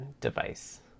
device